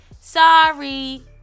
Sorry